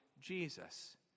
Jesus